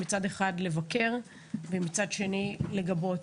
מצד אחד לבקר ומצד שני לגבות.